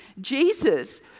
Jesus